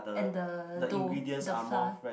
and the dough the flour